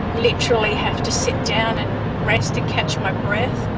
literally have to sit down and rest to catch my breath.